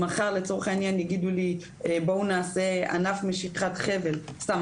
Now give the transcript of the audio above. אם מחר לצורך העניין יגידו לי 'בואו נעשה ענף משיכת חבל' סתם,